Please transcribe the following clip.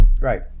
right